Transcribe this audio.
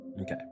Okay